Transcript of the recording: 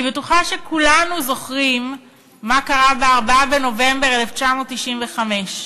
אני בטוחה שכולנו זוכרים מה קרה ב-4 בנובמבר 1995,